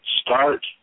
start